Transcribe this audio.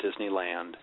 Disneyland